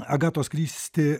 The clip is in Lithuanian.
agatos kristi